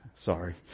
Sorry